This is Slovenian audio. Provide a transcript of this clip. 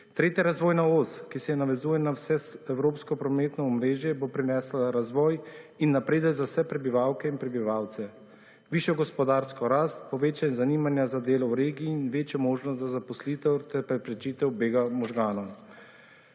Tretja razvojna os, ki se navezuje na vseevropsko prometno omrežje, bo prinesla razvoj in napredek za vse prebivalke in prebivalce, višjo gospodarsko rast, povečanje zanimanja za delo v regiji in večjo možnost za zaposlitev ter preprečitev bega možganov.